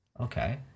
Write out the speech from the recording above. Okay